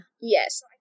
Yes